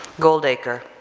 goldacre